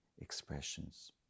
expressions